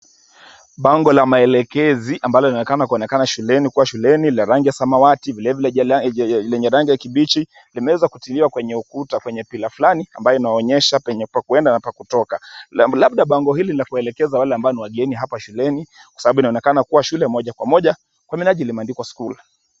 Bango la maelekezi ambalo linaonekana kuwa shuleni la rangi ya samawati vilevile lenye rangi ya kibichi limeweza kutiliwa kwenye ukuta kwenye pillar fulani ambayo inaonyesha penye pa kuenda na pa kutoka. Labda bango hili ni la kuelekeza wale ambao ni wageni hapa shuleni sababu inaonekana kuwa shule moja kwa moja kwa minajili imeandikwa school .